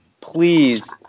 please